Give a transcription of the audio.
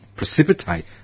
precipitate